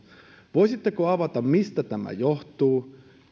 voisitteko avata mistä tämä johtuu